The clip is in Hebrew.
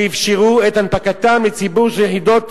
שאפשרו את הנפקתן לציבור של יחידות